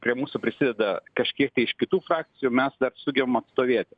prie mūsų prisideda kažkiek tai iš kitų frakcijų mes dar sugebam atstovėti